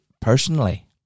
personally